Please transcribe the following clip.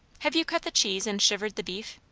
have you cut the cheese and shivered the beef?